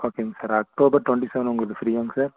ஓகேங்க sir October twenty seven உங்களுக்கு ஃப்ரீயாங்க சார்